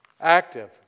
active